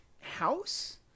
house